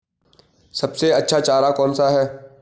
सबसे अच्छा चारा कौन सा है?